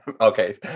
okay